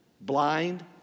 Blind